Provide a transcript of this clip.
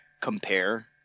compare